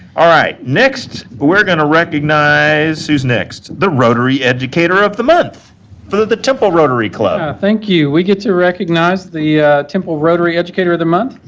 all right. next, but we're going to recognize who's next? the rotary educator of the month but for the temple rotary club. thank you. we get to recognize the temple rotary educator of the month,